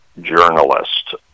journalist